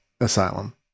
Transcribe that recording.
asylum